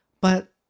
But